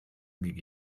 gigi